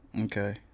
Okay